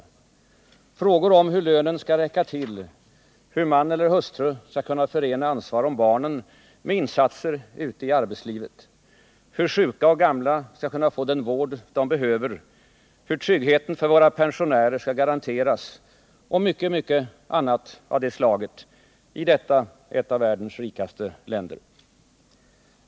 Det är frågor om hur lönen skall räcka till, hur man eller hustru skall kunna förena ansvar om barnen med insatser ute i arbetslivet, hur sjuka och gamla skall kunna få den vård de behöver, hur tryggheten för våra pensionärer skall garanteras, och mycket, mycket annat av det slaget — i detta ett av världens rikaste länder.